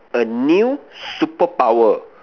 a new super power